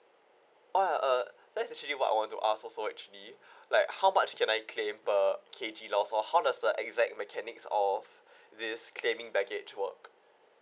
ah uh that's actually what I want to ask also actually like how much can I claim per K_G lost or how does the exact mechanics of this claiming baggage work